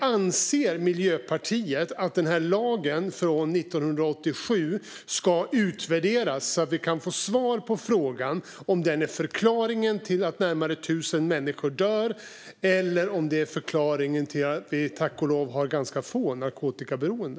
Anser Miljöpartiet att lagen från 1987 ska utvärderas så att vi kan få svar på frågan om den är förklaringen till att närmare 1 000 människor dör eller om det är förklaringen till att vi tack och lov har ganska få narkotikaberoende?